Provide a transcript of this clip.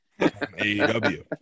AEW